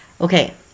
Okay